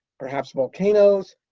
perhaps volcanoes,